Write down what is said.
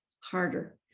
harder